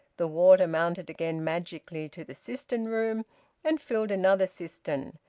the water mounted again magically to the cistern-room and filled another cistern,